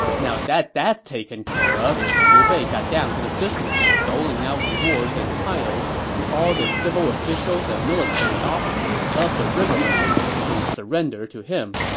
now that that's taken care of, liu bei got down to the business of doling out rewards and titles to all the civil officials and military officers of the riverlands who surrendered to him,